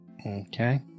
Okay